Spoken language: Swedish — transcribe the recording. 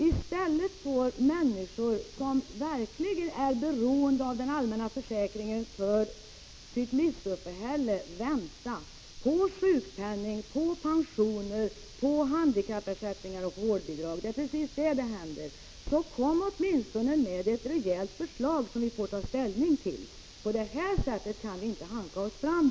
Människor som för sitt livsuppehälle är beroende av den allmänna försäkringen får alltså vänta på sjukpenningen, på pensioner, på handikappersättningar och på vårdbidrag. Det är just så det förhåller sig. Kom därför åtminstone med ett rejält förslag som vi sedan får ta ställning till! På detta sätt kan vi inte hanka oss fram.